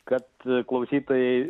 kad klausytojai